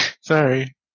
Sorry